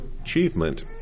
achievement